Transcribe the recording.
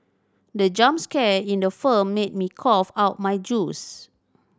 the jump scare in the firm made me cough out my juice